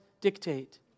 dictate